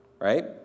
right